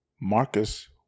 Marcus